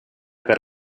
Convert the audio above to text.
per